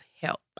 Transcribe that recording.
Help